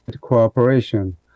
cooperation